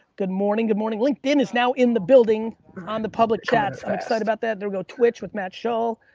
good morning, good morning. linkedin is now in the building on the public chats. i'm excited about that. then we've got twitch with matt shull,